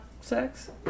sex